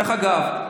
דרך אגב,